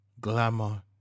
glamour